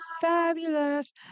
Fabulous